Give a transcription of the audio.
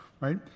right